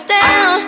down